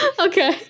Okay